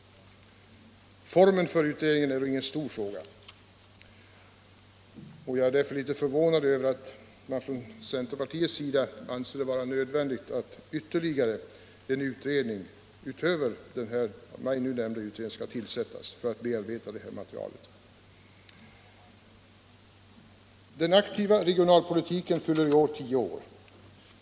Formen för utredningen är ingen stor fråga, och jag är därför litet förvånad över att man från centerpartiets sida anser det vara nödvändigt med ytterligare en utredning för att bearbeta detta material. Den aktiva regionalpolitiken fyller i år 10 år.